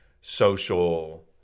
social